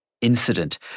incident